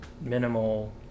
minimal